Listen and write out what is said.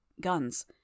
guns